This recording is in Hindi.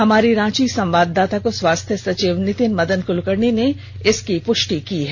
हमारी रांची संवाददाता को स्वास्थ्य सचिव नीतिन मदन कुलकर्णी ने इसकी पुष्टि की है